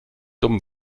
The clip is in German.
dumm